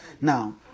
Now